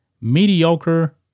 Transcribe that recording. mediocre